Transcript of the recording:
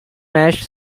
mesh